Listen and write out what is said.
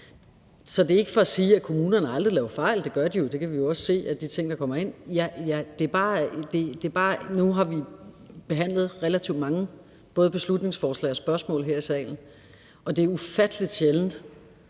Så det er ikke for at sige, at kommunerne aldrig laver fejl, for det gør de, og det kan vi jo også se af de ting, der kommer ind. Nu har vi behandlet relativt mange både beslutningsforslag og spørgsmål her i salen, og det er ufattelig sjældent,